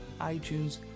iTunes